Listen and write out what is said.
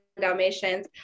Dalmatians